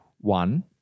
one